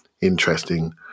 interesting